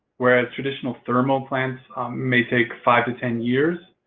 whereas traditional thermal plans may take five to ten years,